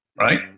right